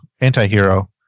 anti-hero